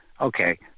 Okay